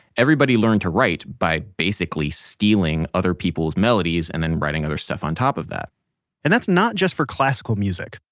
everybody learned to write by basically stealing other people's melodies and then writing other stuff on top of that and that's not just for classical music.